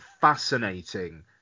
fascinating